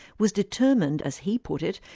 was determined, as he put it,